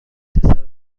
اتصال